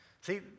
See